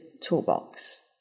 toolbox